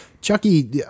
Chucky